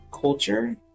culture